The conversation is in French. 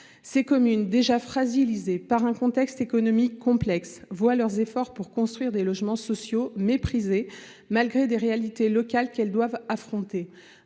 leur échappent. Déjà fragilisées par un contexte économique complexe, elles voient leurs efforts pour construire des logements sociaux méprisés, malgré les réalités locales qu’elles doivent affronter